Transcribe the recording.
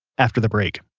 after the break